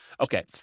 okay